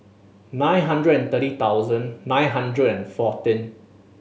nine hundred and thirty thousand nine hundred and fourteen